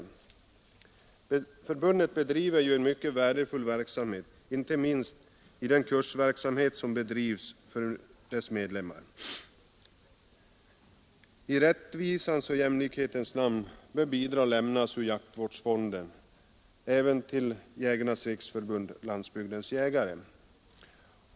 Detta förbund bedriver ju en mycket värdefull verksamhet, inte minst genom kurser bland medlemmarna, till nytta för jaktoch viltvården. I rättvisans och jämlikhetens namn bör bidrag lämnas ur jaktvårdsfonden även till Jägarnas riksförbund-Landsbygdens jägare.